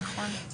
נכון.